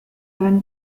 earned